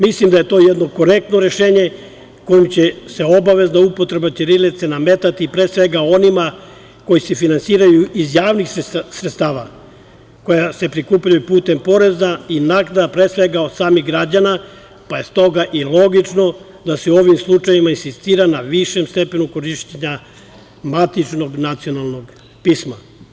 Mislim da je to jedno korektno rešenje kojim će se obavezna upotreba ćirilice nametati, pre svega, onima koji se finansiraju iz javnih sredstava koja se prikupljaju putem poreza i naknada od samih građana, pa je stoga i logično da se u ovim slučajevima insistira na višem stepenu korišćenja matičnog nacionalnog pisma.